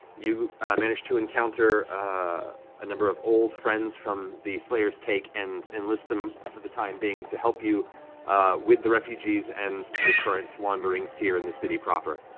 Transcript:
you managed to encounter a number of old friends from the slayer's take and enlist them for the time being to help you with the refugees and your current wanderings here in the city proper.